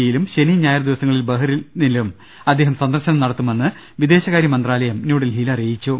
ഇയിലും ശനി ഞായർ ദിവസങ്ങളിൽ ബഹറിനിലും അദ്ദേഹം സന്ദർശനം നടത്തുമെന്ന് വിദേശകാര്യ മന്ത്രാലയം ന്യൂഡൽഹി യിൽ അറിയിച്ചു